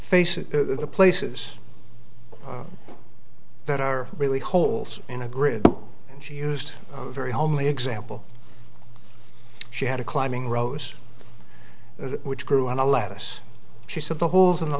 face of the places that are really holes in a grid and she used a very homely example she had a climbing rose which grew on a lattice she said the holes in the